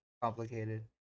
Complicated